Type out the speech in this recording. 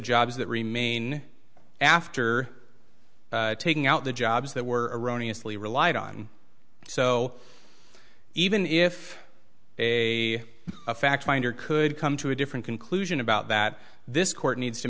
jobs that remain after taking out the jobs that were erroneous lee relied on so even if a a fact finder could come to a different conclusion about that this court needs to